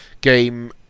game